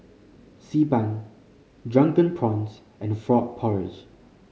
Xi Ban Drunken Prawns and frog porridge